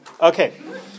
Okay